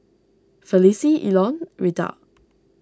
Felicie Elon Rita